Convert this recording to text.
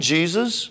Jesus